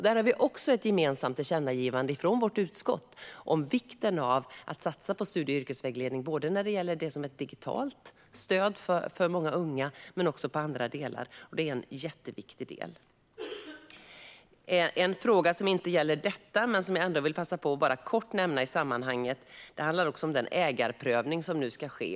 Där har vi också ett gemensamt tillkännagivande från vårt utskott om vikten av att satsa på studie och yrkesvägledning, både när det gäller det digitala stödet för många unga och när det gäller annat. Det är en jätteviktig del. En fråga som inte gäller detta men som jag ändå vill passa på att kortfattat nämna i sammanhanget handlar om den ägarprövning som nu ska ske.